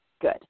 good